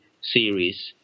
series